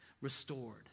restored